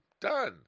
done